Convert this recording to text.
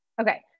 okay